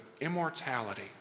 immortality